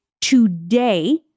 today